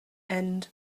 end